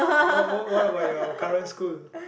what what what about your current school